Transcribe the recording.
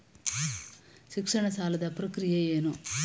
ಶಿಕ್ಷಣ ಸಾಲದ ಪ್ರಕ್ರಿಯೆ ಏನು?